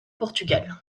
portugal